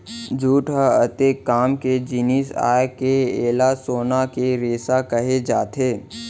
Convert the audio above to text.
jute ह अतेक काम के जिनिस आय के एला सोना के रेसा कहे जाथे